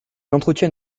entretient